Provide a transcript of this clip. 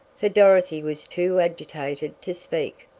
for dorothy was too agitated to speak.